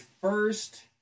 first